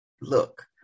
look